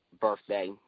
Birthday